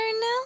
now